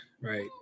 Right